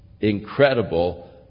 incredible